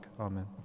Amen